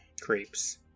creeps